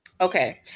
okay